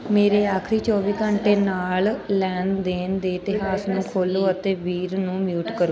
ਮੇਰੇ ਆਖਰੀ ਚੌਵੀ ਘੰਟੇ ਨਾਲ ਲੈਣ ਦੇਣ ਦੇ ਇਤਿਹਾਸ ਨੂੰ ਖੋਲੋ ਅਤੇ ਵੀਰ ਨੂੰ ਮਊਟ ਕਰੋ